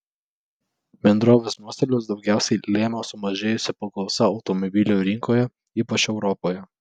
bendrovės nuostolius daugiausiai lėmė sumažėjusi paklausa automobilių rinkoje ypač europoje